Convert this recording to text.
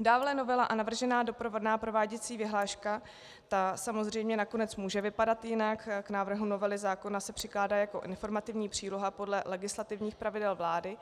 Dále novela a navržená doprovodná prováděcí vyhláška ta samozřejmě nakonec může vypadat jinak, k návrhu novely zákona se přikládá jako informativní příloha podle legislativních pravidel vlády